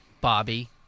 Bobby